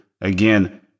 Again